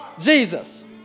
Jesus